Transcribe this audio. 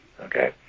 okay